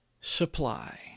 supply